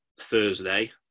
Thursday